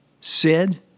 Sid